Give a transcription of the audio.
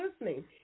listening